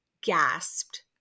gasped